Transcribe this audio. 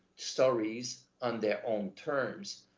stories on their own terms,